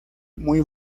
muy